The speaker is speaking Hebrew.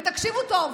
תקשיבו טוב,